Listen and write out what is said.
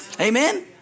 Amen